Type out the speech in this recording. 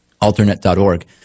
alternate.org